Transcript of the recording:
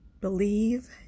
believe